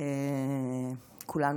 שכולנו